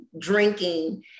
drinking